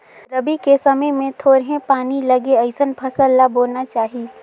रबी के समय मे थोरहें पानी लगे अइसन फसल ल बोना चाही